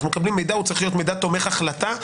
מקבלים מידע והוא צריך להיות מידע תומך החלטה.